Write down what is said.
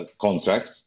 contract